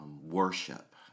worship